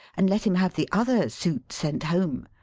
and let him have the other suit sent home.